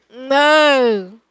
No